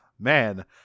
man